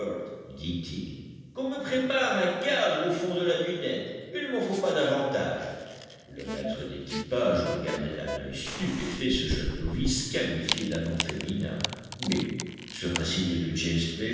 dit-il qu'on me prépare un cadre au fond de la dunette il ne m'en faut pas davantage e maître d'équipage regardait d'un œil stupéfait ce jeune novice qualifié d'un nom féminin mais sur un signe de james